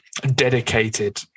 dedicated